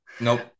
Nope